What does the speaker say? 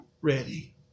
ready